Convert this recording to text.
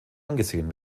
angesehen